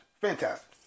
fantastic